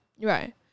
Right